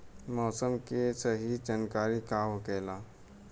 मौसम के सही जानकारी का होखेला?